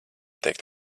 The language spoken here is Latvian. teikt